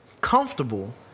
comfortable